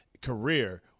career